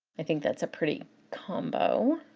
i think that's a pretty combo.